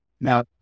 Now